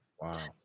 Wow